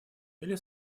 или